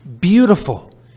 beautiful